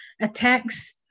attacks